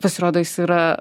pasirodo jis yra